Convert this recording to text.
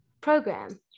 program